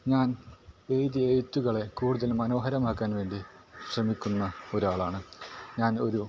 ഞാൻ എഴുതിയ എഴുത്തുകളെ കൂടുതൽ മനോഹരമാക്കാൻ വേണ്ടി ശ്രമിക്കുന്ന ഒരാളാണ് ഞാൻ ഒരു